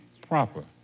proper